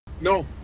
No